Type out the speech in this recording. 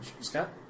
Scott